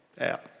out